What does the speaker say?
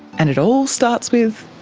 and it all starts with